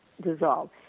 dissolve